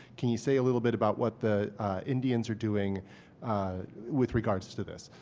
can you say a little bit about what the indians are doing with regards to this?